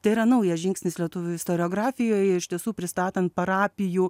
tai yra naujas žingsnis lietuvių istoriografijoje iš tiesų pristatant parapijų